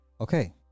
Okay